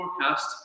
forecast